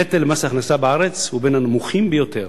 נטל מס הכנסה בארץ הוא בין הנמוכים ביותר,